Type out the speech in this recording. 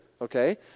okay